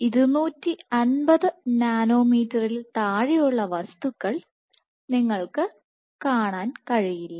250 നാനോമീറ്ററിൽ താഴെയുള്ള വസ്തുക്കൾ നിങ്ങൾക്ക് കാണാൻ കഴിയില്ല